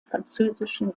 französischen